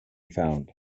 found